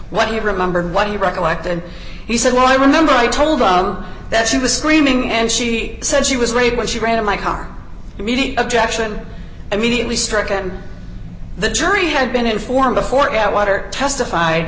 what do you remember what you recollect and he said well i remember i told us that she was screaming and she said she was raped when she ran to my car of jackson immediately struck and the jury had been informed before i water testif